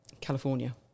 California